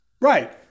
Right